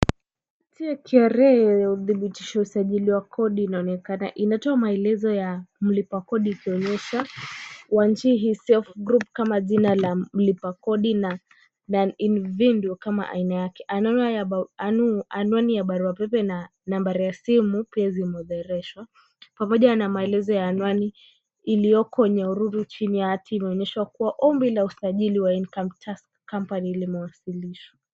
Cheki ya KRA ya udhibitisho wa usajili wa kodi inaonekana. Inatoa maelezo ya mlipa kodi ikionyesha Wanjihi Self Group , na Non-individual kama kama aina yake. Anwani ya barua pepe na nambari ya simu pia zimeothoreshwa, pamoja na maelezo ya anwani iliyoko Nyahururu. Chini yake imeonyeshwa kuwa ombi la usajili wa Income tax company , limewasilishwa.